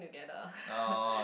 together